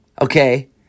Okay